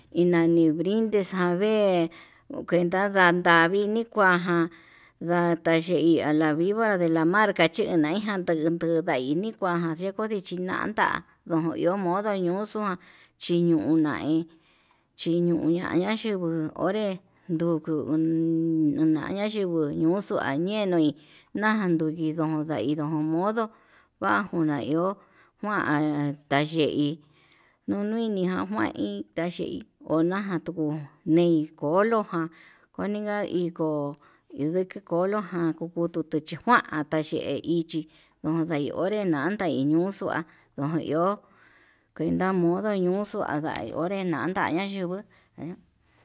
Inani bridi xave'e kuenda ndandavi ni kuanján, ndadayei ala vivora de la mar kachi naijan nduu, utundai ni kuanján kodi chinanda, no iho modo yuxuan chiñuu nai chinuña naxhinguo onre nduku uun na'a nayinguo moxua ñenui naján ndunji ndon nda'í ndon modo vanguna ihó kuan tayei, uniján kuan hí ndayei onajan nduku nii kolo ján, kueninga iko'o induki kolo ján kukutu chikuan taye'í ichí nondei onré ndanda yuxua noño'o kuenta modo ñuxua anda onre nandai nayungu he.